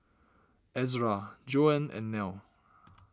Ezra Joan and Nell